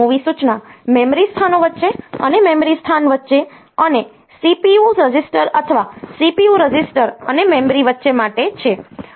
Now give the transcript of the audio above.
MOV સૂચના memory સ્થાનો વચ્ચે અને મેમરી સ્થાન વચ્ચે અને CPU રજિસ્ટર અથવા CPU રજિસ્ટર અને મેમરી વચ્ચે માટે છે